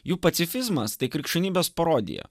jų pacifizmas tai krikščionybės parodija